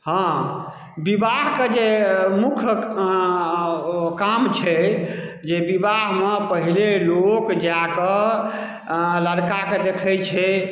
हॅं विवाहके जे मुख्य काम छै जे विवाहमे पहिले लोक जाकऽ लड़काके देखै छै